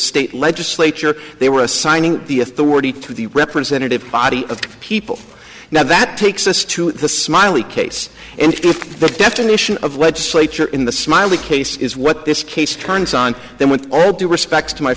state legislature they were assigning the authority to the representative body of the people now that takes us to the smiley case and the definition of legislature in the smiley case is what this case turns on then with all due respect to my